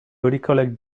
recollect